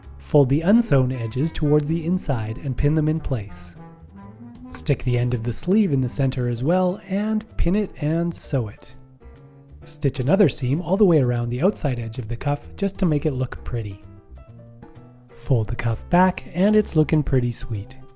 fold the unsewn edges towards the inside and pin them in place stick the end of the sleeve in the centre as well and pin it and sew it stitch another seam all the way around the outside edge of the cuff just to make it look pretty fold the cuff back and it's looking pretty sweet